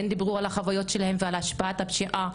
כן דיברו על החוויות שלהן ועל השפעת הפשיעה